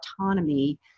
autonomy